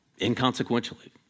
inconsequentially